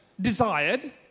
desired